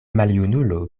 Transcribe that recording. maljunulo